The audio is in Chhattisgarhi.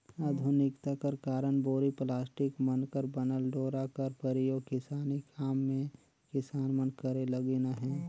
आधुनिकता कर कारन बोरी, पलास्टिक मन कर बनल डोरा कर परियोग किसानी काम मे किसान मन करे लगिन अहे